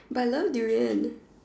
but I love durian